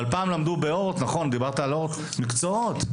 דיברת על אורט, נכון?